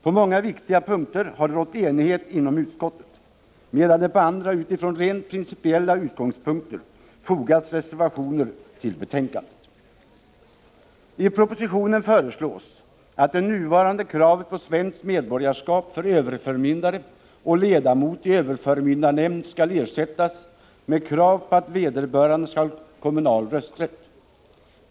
På många viktiga punkter har det rått enighet inom utskottet, medan det på andra utifrån rent principiella ståndpunkter har fogats reservationer till betänkandet. I propositionen föreslås att det nuvarande kravet på svenskt medborgarskap för överförmyndare och ledamot i överförmyndarnämnd skall ersättas med krav på att vederbörande skall ha kommunal rösträtt.